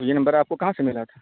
یہ نمبر آپ کو کہاں سے ملا